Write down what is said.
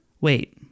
wait